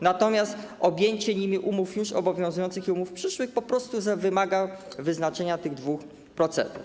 Natomiast objęcie nim umów już obowiązujących i umów przyszłych po prostu wymaga wyznaczenia tych dwóch procedur.